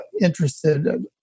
interested